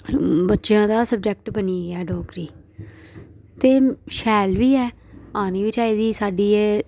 बच्चें दा सब्जैक्ट बनी गेआ डोगरी ते शैल बी ऐ आनी बी चाहिदी साड्ढी एह्